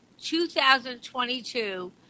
2022